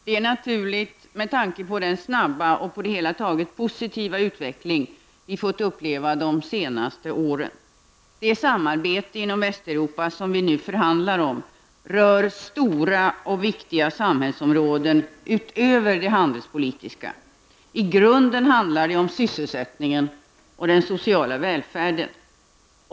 Herr talman! Europa står i focus för debatten i Sverige. Det är naturligt med tanke på den snabba och på det hela taget positiva utveckling som vi fått uppleva de senaste åren. Det samarbete inom Västeuropa som vi nu förhandlar om rör stora och viktiga samhällsområden utöver det handelspolitiska. I grunden handlar det om sysselsättningen och den sociala välfärden.